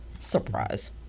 surprise